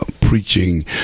preaching